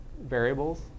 variables